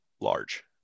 large